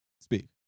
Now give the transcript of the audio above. Speak